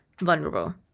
vulnerable